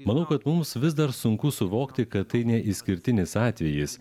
manau kad mums vis dar sunku suvokti kad tai ne išskirtinis atvejis